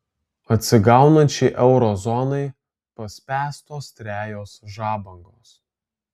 atsigaunančiai euro zonai paspęstos trejos žabangos